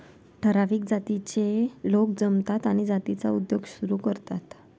ठराविक जातीचे लोक जमतात आणि जातीचा उद्योग सुरू करतात